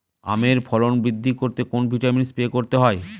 আমের ফলন বৃদ্ধি করতে কোন ভিটামিন স্প্রে করতে হয়?